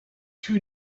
two